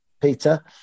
Peter